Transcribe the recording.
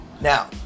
Now